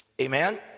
Amen